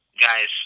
Guys